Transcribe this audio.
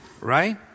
Right